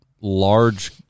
large